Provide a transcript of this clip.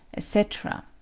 etc.